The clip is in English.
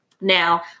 Now